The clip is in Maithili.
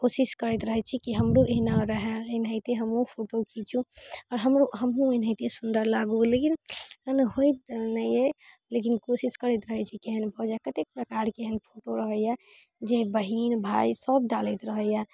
कोशिश करैत रहै छी कि हमरो एहना रहै एनाहिते हमहूँ फोटो खीचू आओर हमरो हमहूँ एनाहिते सुन्दर लागू लेकिन एना होइत नै अइ लेकिन कोशिश करैत रहैत रहै छी कि एहेन भऽ जाए कतेक प्रकार के एहेन फोटो रहैय जे बहिन भाइ सब डालैत रहैय